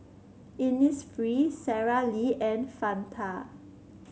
Innisfree Sara Lee and Fanta